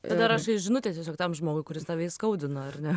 tada rašai žinutę tiesiog tam žmogui kuris tave įskaudino ar ne